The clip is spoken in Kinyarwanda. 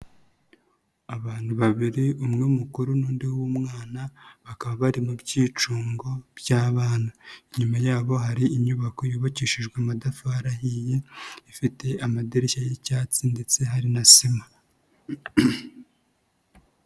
Abantu babiri umwe mukuru n'undi w'umwana bakaba bari mu byicungo by'abana, inyuma yabo hari inyubako yubakishijwe amatafari ahiye, ifite amadirishya y'icyatsi ndetse hari na sima.